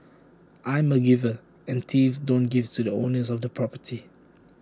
I'm A giver and thieves don't give to the owners of the property